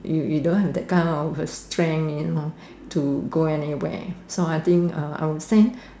you don't have that kind of uh strength anymore to go anywhere so I think I will send